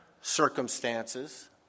circumstances